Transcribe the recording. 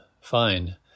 fine